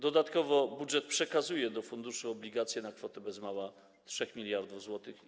Dodatkowo budżet przekazuje do funduszu obligacje na kwotę bez mała 3 mld zł.